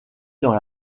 dans